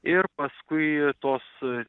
ir paskui tos